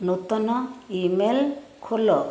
ନୂତନ ଇମେଲ୍ ଖୋଲ